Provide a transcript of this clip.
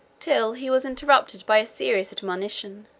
till he was interrupted by a serious admonition,